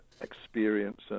experience